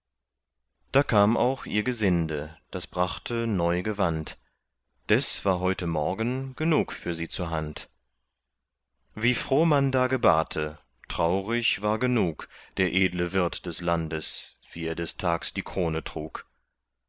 da kam auch ihr gesinde das brachte neu gewand des war heute morgen genug für sie zur hand wie froh man da gebarte traurig war genug der edle wirt des landes wie er des tags die krone trug